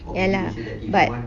ya lah but